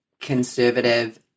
conservative